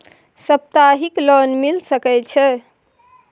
सप्ताहिक लोन मिल सके छै?